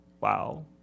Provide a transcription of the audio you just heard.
wow